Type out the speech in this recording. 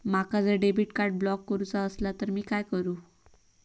माका जर debit card block करूचा असला तर मी काय करू?